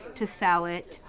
to sell it,